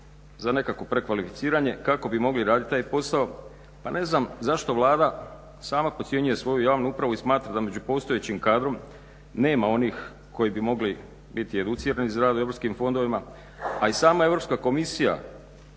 za nekakvo prekvalificiranje kako bi mogli raditi taj posao. Pa ne znam zašto Vlada sama podcjenjuje svoju javnu upravu i smatra da među postojećim kadrom nema onih koji bi mogli biti educirani za rad u europskim fondovima. A i sama Europska komisija